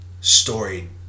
story